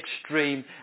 extreme